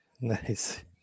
nice